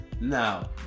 Now